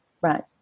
Right